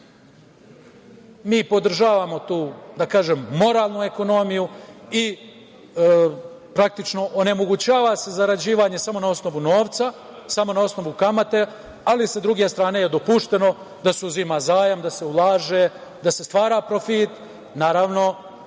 mi podržavamo tu, da kažem, moralnu ekonomiju, i praktično onemogućava se zarađivanje samo na osnovu novca, samo na osnovu kamate, ali sa druge strane je dopušteno da se uzima zajam, da se ulaže, da se stvara profit. Naravno,